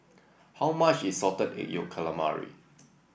how much is Salted Egg Yolk Calamari